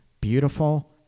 beautiful